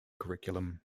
curriculum